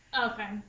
okay